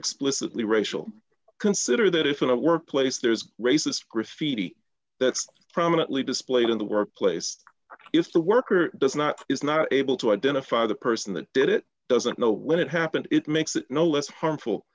explicitly racial consider that if in a workplace there is racist graffiti that's prominently displayed in the workplace if the worker does not is not able to identify the person that did it doesn't know when it happened it makes it no less harmful